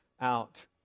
out